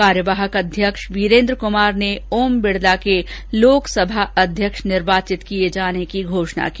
कार्यवाहकअध्यक्ष वीरेन्द्र कृमार ने ओम बिड़ला के लोकसभा अध्यक्ष निर्वाचित किए जाने की घोषणा की